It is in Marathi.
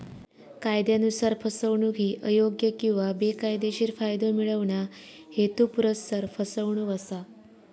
कायदयानुसार, फसवणूक ही अयोग्य किंवा बेकायदेशीर फायदो मिळवणा, हेतुपुरस्सर फसवणूक असा